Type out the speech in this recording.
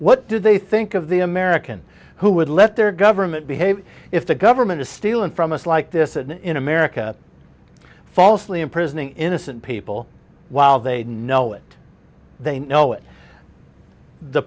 what do they think of the american who would let their government behave if the government is stealing from us like this and in america falsely imprisoning innocent people while they know it they know it the